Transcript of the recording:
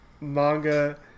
manga